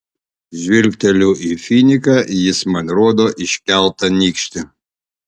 žvilgteliu į finiką jis man rodo iškeltą nykštį